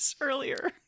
earlier